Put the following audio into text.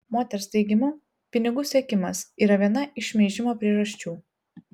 moters teigimu pinigų siekimas yra viena iš šmeižimo priežasčių